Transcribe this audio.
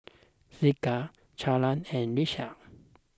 Zeke Charlee and Lesia